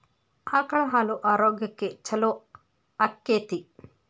ಆಕಳ ಹಾಲು ಆರೋಗ್ಯಕ್ಕೆ ಛಲೋ ಆಕ್ಕೆತಿ?